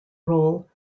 role